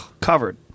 covered